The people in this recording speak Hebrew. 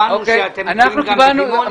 הבנו שאתם גם בדימונה וגם בברקן.